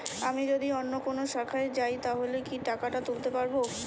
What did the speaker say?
আমি যদি অন্য কোনো শাখায় যাই তাহলে কি টাকা তুলতে পারব?